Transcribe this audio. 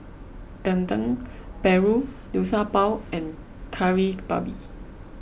Dendeng Paru Liu Sha Bao and Kari Babi